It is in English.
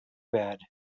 bad